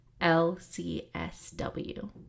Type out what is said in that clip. L-C-S-W